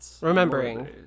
remembering